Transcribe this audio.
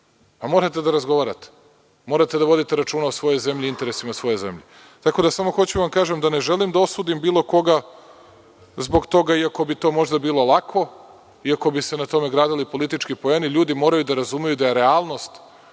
Morate da razgovarate, morate da vodite računa o svojoj zemlji i interesima svoje zemlje. Samo hoću da vam kažem da ne želim da osudim bilo koga zbog toga iako bi to možda bilo lako i ako bi se na tome gradili politički poeni, ljudi moraju da razumeju da je realnost